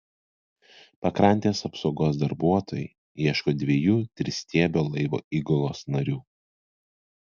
pakrantės apsaugos darbuotojai ieško dviejų tristiebio laivo įgulos narių